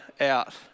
out